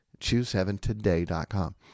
Chooseheaventoday.com